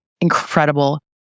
incredible